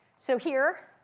so here,